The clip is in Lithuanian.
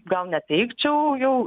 gal neteikčiau jau